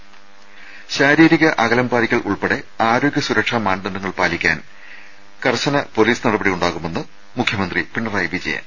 ത ശാരീരിക അകലം പാലിക്കൽ ഉൾപ്പെടെ ആരോഗ്യ സുരക്ഷാ മാനദണ്ഡങ്ങൾ പാലിക്കാൻ കർശന പൊലീസ് നടപടിയുണ്ടാകുമെന്ന് മുഖ്യമന്ത്രി പിണറായി വിജയൻ